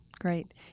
Great